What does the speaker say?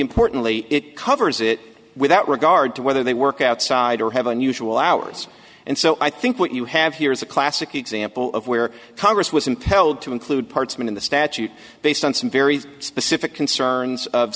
importantly it covers it without regard to whether they work outside or have unusual hours and so i think what you have here is a classic example of where congress was impelled to include parts of it in the statute based on some very specific concerns of